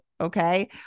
Okay